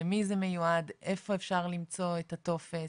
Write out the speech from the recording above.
למי זה מיועד, איפה אפשר למצוא את הטופס